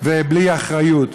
ובלי אחריות.